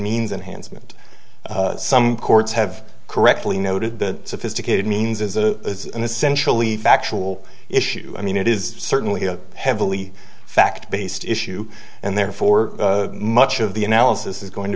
means and handsome and some courts have correctly noted that sophisticated means is a an essentially factual issue i mean it is certainly a heavily fact based issue and therefore much of the analysis is going to